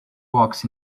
rocks